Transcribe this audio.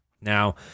Now